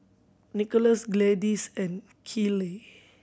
Nickolas Gladyce and Keeley